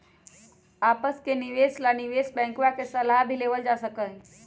आपस के निवेश ला निवेश बैंकवा से सलाह भी लेवल जा सका हई